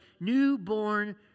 newborn